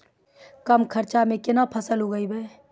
कम खर्चा म केना फसल उगैबै?